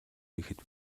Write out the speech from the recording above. хийхэд